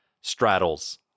straddles